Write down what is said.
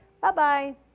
Bye-bye